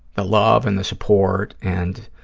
the love and the support, and